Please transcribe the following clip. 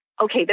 okay